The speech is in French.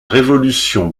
révolution